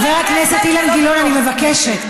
חבר הכנסת אילן גילאון, אני מבקשת.